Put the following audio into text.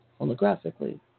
holographically